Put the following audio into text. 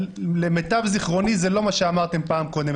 למיטב זיכרוני, זה לא מה שאמרתם פעם קודמת.